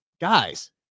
guys